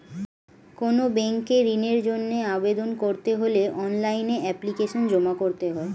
কোনো ব্যাংকে ঋণের জন্য আবেদন করতে হলে অনলাইনে এপ্লিকেশন জমা করতে হয়